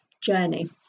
journey